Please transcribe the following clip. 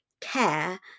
care